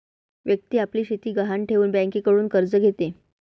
व्यक्ती आपली शेती गहाण ठेवून बँकेकडून कर्ज घेते